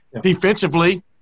Defensively